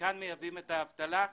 לכאן מייבאים את האבטלה,